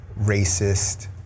racist